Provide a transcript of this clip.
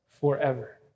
forever